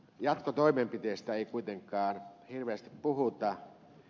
jatkotoimenpiteistä ei kuitenkaan hirveästi puhuta